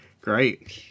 Great